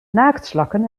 naaktslakken